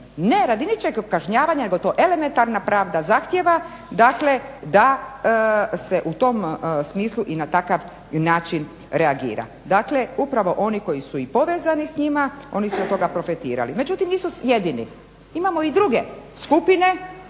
ne radi ničijeg kažnjavanja nego to elementarna pravda zahtjeva da se u tom smislu i na takav način reagira. Dakle upravo oni koji su i povezani s njima oni su od toga profitirali. Međutim nisu jedini. Imamo i druge skupine